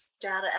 data